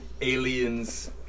aliens